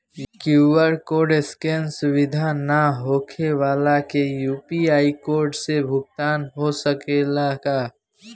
QR code scan सुविधा ना होखे वाला के यू.पी.आई कोड से भुगतान हो सकेला का?